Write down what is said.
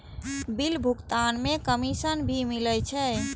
Bill भुगतान में commission भी मिले छै?